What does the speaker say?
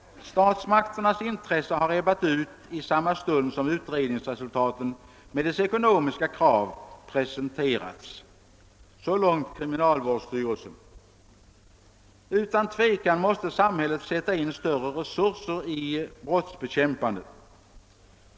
Statsmakternas intresse har ebbat ut i samma stund som utredningsresultaten med deras ekonomiska krav presenterats.» Utan tvivel måste samhället sätta in större resurser i brottsbekämpandet.